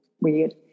weird